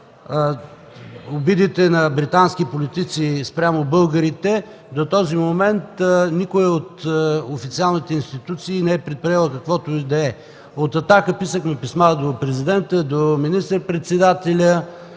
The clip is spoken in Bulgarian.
обидите на британски политици спрямо българите до този момент никоя от официалните институции не е предприела каквото и да е. От „Атака” писахме писма до Президента, до министър-председателя,